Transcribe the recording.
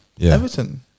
Everton